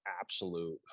absolute